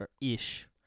ish